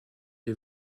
des